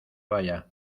vaya